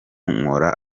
nkora